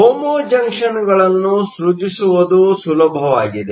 homo ಜಂಕ್ಷನ್ಗಳನ್ನು ಸೃಜಿಸುವುದು ಸುಲಭವಾಗಿದೆ